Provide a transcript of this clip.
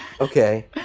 Okay